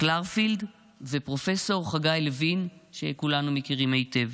קלרפילד ופרופ' חגי לוין, שכולנו מכירים היטב.